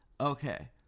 okay